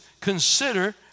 consider